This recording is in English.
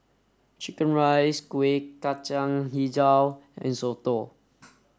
chicken rice Kueh Kacang Hijau and Soto